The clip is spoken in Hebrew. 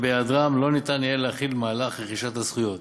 ובהיעדרם לא יהיה אפשר להחיל את מהלך רכישת הזכויות.